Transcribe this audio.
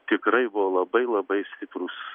tikrai buvo labai labai stiprūs